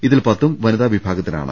ഇതിൽ പത്തും വനിതാവിഭാഗത്തിനാണ്